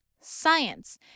science